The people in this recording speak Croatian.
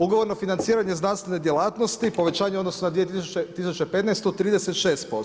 Ugovorno financiranje znanstvene djelatnosti povećanje u odnosu na 2015. 36%